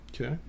Okay